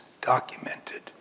documented